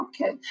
Okay